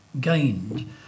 gained